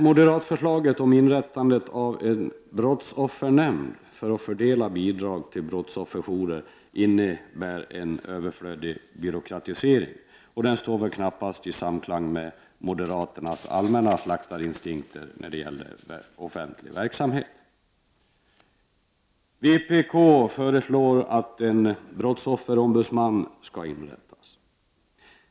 Moderatförslaget om inrättande av en brottsoffernämnd för att fördela bidrag till brottsofferjourer innebär en överflödig byråkratisering, och det står väl knappast i samklang med moderaternas allmänna slaktarinstinkt när det gäller offentlig verksamhet. Vpk föreslår att en brottsofferombudsman skall inrättas.